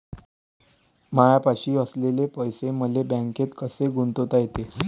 मायापाशी असलेले पैसे मले बँकेत कसे गुंतोता येते?